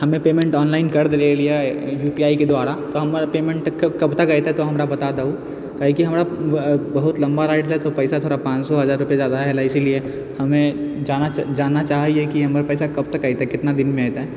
हमे payment online कर देले रहलियै यू पी आई के द्वारा तऽ हमर पेमेन्ट कब तक एतै हमरा बता दहू काहे कि हमरा बहुत लम्बा राइड हय तऽ पैसा थोड़ा पांच सए हजार बेसी हलै इसीलिए हमे जानना चाहै हियै कि हमर पैसा कब तक एतै केतना दिनमे एतै